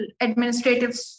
administrative